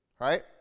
Right